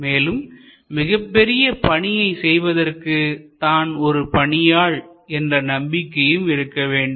மேலும் மிகப்பெரிய பணியை செய்வதற்கு தான் ஒரு பணியாள் என்ற நம்பிக்கையும் இருக்க வேண்டும்